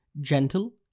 Gentle